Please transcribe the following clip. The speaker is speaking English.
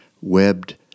webbed